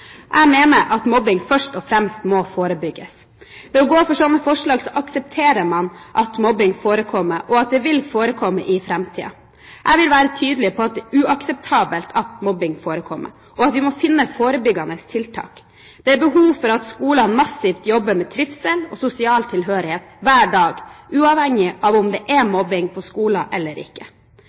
Jeg mener at mobbing først og fremst må forebygges. Ved å gå for slike forslag aksepterer man at mobbing forekommer, og at det vil forekomme i framtiden. Jeg vil være tydelig på at det er uakseptabelt at mobbing forekommer, og at vi må finne forebyggende tiltak. Det er behov for at skolene massivt jobber med trivsel og sosial tilhørighet hver dag, uavhengig av om det er mobbing på skolen eller ikke.